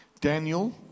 Daniel